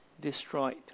destroyed